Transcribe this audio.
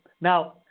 Now